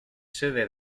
sede